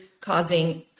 causing